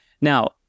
Now